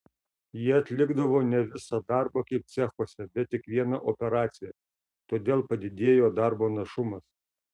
jie atlikdavo ne visą darbą kaip cechuose bet tik vieną operaciją todėl padidėjo darbo našumas